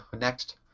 next